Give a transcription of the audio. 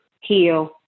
heal